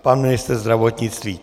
Pan ministr zdravotnictví!